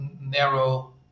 narrow